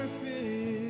perfect